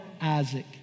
Isaac